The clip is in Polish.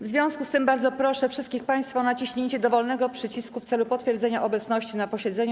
W związku z tym bardzo proszę wszystkich państwa o naciśnięcie dowolnego przycisku w celu potwierdzenia obecności na posiedzeniu.